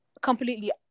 completely